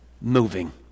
moving